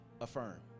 affirm